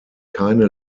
keine